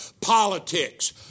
Politics